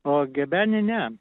o gebenė ne